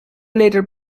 later